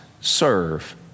serve